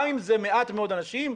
גם אם זה מעט מאוד אנשים,